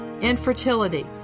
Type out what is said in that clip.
Infertility